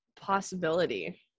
possibility